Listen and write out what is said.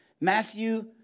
Matthew